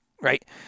right